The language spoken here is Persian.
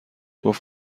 گفت